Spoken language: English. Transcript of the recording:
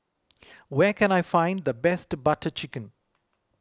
where can I find the best Butter Chicken